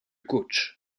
coach